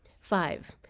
Five